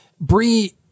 Bree